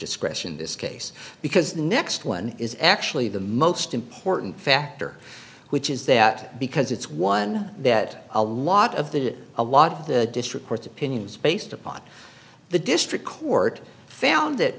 discretion in this case because the next one is actually the most important factor which is that because it's one that a lot of the a lot of the district court's opinion is based upon the district court found that